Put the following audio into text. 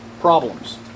problems